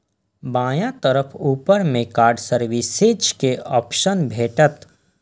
बायां तरफ ऊपर मे कार्ड सर्विसेज के ऑप्शन भेटत